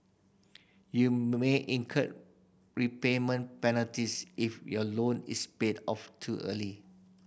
you may incur repayment penalties if your loan is paid off too early